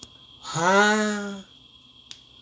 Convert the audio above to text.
!huh!